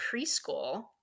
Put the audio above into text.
preschool